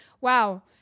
Wow